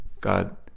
God